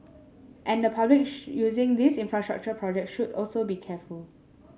and the public using these infrastructure project should also be careful